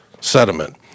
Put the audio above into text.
sediment